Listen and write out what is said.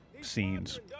scenes